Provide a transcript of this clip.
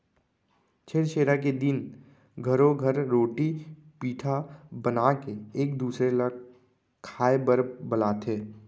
छेरछेरा के दिन घरो घर रोटी पिठा बनाके एक दूसर ल खाए बर बलाथे